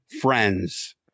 friends